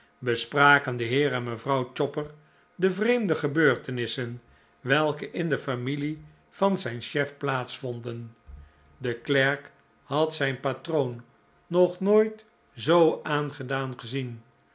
bespraken de heer en mevrouw chopper de vreemde gebeurtenissen welke in de familie van zijn chef plaats vonden de klerk had zijn patroon nog nooit zoo aangedaan gezien